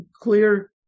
clear